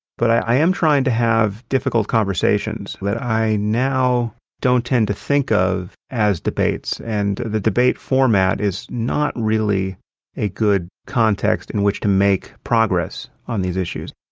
but i am trying to have difficult conversations that i now don't tend to think of as debates. and the debate format is not really a good context in which to make progress on these issues.